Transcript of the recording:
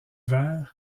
vers